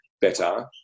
better